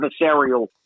adversarial